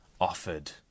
offered